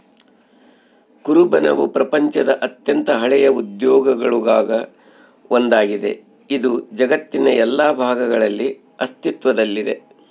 ಕುರುಬನವು ಪ್ರಪಂಚದ ಅತ್ಯಂತ ಹಳೆಯ ಉದ್ಯೋಗಗುಳಾಗ ಒಂದಾಗಿದೆ, ಇದು ಜಗತ್ತಿನ ಎಲ್ಲಾ ಭಾಗಗಳಲ್ಲಿ ಅಸ್ತಿತ್ವದಲ್ಲಿದೆ